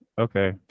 Okay